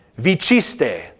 Viciste